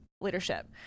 leadership